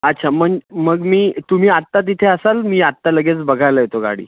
अच्छा मन मग मी तुम्ही आत्ता तिथे असाल मी आत्ता लगेच बघायला येतो गाडी